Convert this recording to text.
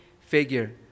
figure